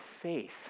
faith